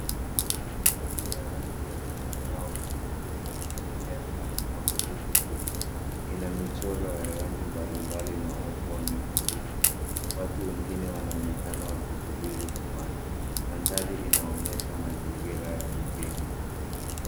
matatu ya rangi ya zambarau imeandikwa FIESTA kwa herufi kubwa. Ina michoro ya rangi mbalimbali na watu wamezunguka. Watu wengine wanasubiri kupanda. Mandhari inaonyesha mazingira ya mjini.